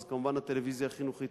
אז כמובן, הטלוויזיה החינוכית.